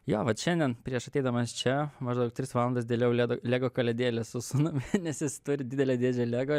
jo vat šiandien prieš ateidamas čia maždaug tris valandas dėliojau ledo lego kaliadėles su sūnumi nes jis turi didelę dėžę lego